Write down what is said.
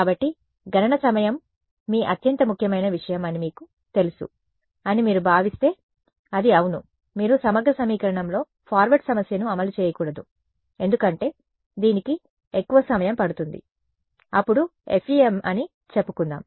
కాబట్టి గణన సమయం మీ అత్యంత ముఖ్యమైన విషయం అని మీకు తెలుసు అని మీరు భావిస్తే అది అవును మీరు సమగ్ర సమీకరణంలో ఫార్వార్డ్ సమస్యను అమలు చేయకూడదు ఎందుకంటే దీనికి ఎక్కువ సమయం పడుతుంది అప్పుడు FEM అని చెప్పుకుందాం